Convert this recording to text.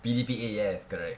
P_D_P_A yes correct